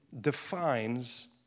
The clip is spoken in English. defines